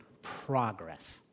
progress